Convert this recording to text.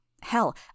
Hell